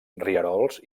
rierols